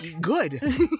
Good